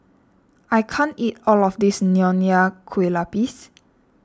I can't eat all of this Nonya Kueh Lapis